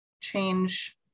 change